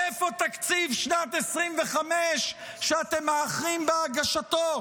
איפה תקציב שנת 2025, שאתם מאחרים בהגשתו?